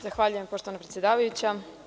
Zahvaljuje, poštovana predsedavajuća.